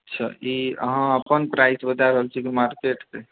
अच्छा ई अहाँ अपन प्राइस बताए रहल छिऐ की मार्केटके